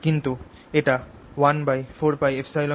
কিন্তু এটা 14πε0P sincosՓ'